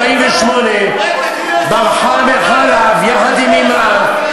ב-1948 ברחה מחאלב יחד עם אמה.